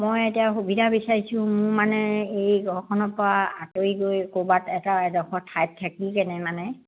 মই এতিয়া সুবিধা বিচাৰিছোঁ মোৰ মানে এই ঘৰখনৰ পৰা আঁতৰি গৈ ক'ৰবাত এটা এডোখৰ ঠাইত থাকি কেনে মানে